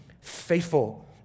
faithful